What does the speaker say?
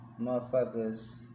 motherfuckers